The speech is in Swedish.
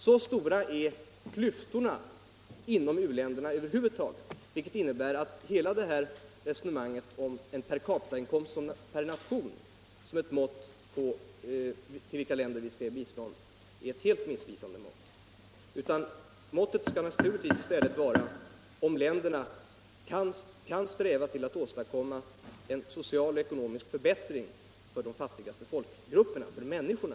Så stora är klyftorna inom u-länderna över huvud taget, vilket innebär att hela det här resonemanget om en per capita-inkomst per nation som en måttstock för till vilka länder vi skall ge bistånd är helt missvisande. Avgörande skall naturligtvis i stället vara om länderna kan sträva till att åstadkomma en social och ekonomisk förbättring för de fattigaste folkgrupperna, för människorna.